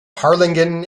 harlingen